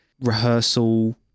rehearsal